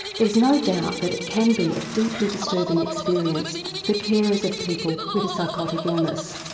there's no doubt that it can be a deeply disturbing experience for carers of people with a psychotic illness,